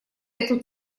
эту